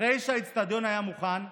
אחרי שהאצטדיון היה מוכן,